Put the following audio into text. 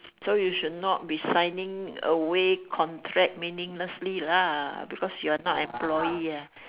so you should not be signing away contract meaninglessly lah because you are not employee ah